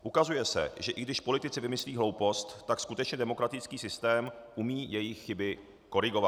Ukazuje se, že i když politici vymyslí hloupost, tak skutečně demokratický systém umí jejich chyby korigovat.